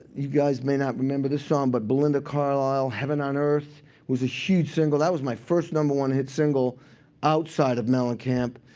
you guys may not remember this song, but belinda carlisle, heaven on earth was a huge single. that was my first number one hit single outside of mellencamp.